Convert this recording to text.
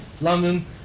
london